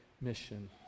mission